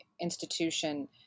institution